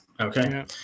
Okay